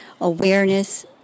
awareness